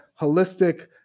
holistic